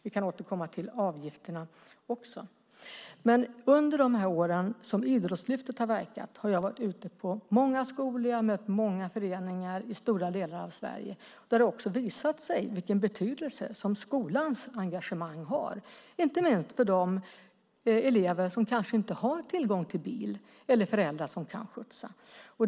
Vi kan återkomma till avgifterna också. Under de år som Idrottslyftet har verkat har jag varit ute på många skolor och mött många föreningar i stora delar av Sverige där det har visat sig vilken betydelse skolans engagemang har, inte minst för de elever som kanske inte har tillgång till bil eller föräldrar som kan skjutsa.